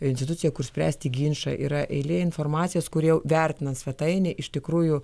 instituciją kur spręsti ginčą yra eilė informacijos kur jau vertinant svetainei iš tikrųjų